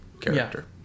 character